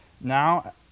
Now